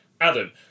Adam